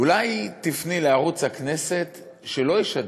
אולי תפני לערוץ הכנסת שלא ישדר.